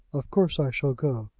of course i shall go.